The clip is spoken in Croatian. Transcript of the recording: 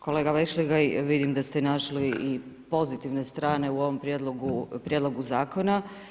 Kolega Vešligaj vidim da ste našli i pozitivne strane u ovom prijedlogu zakona.